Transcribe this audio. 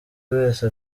wese